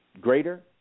greater